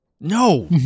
No